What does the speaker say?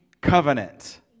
covenant